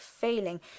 failing